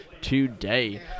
today